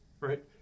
right